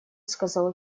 сказал